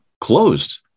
closed